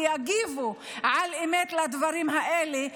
ויגיבו באמת לדברים האלה,